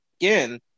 again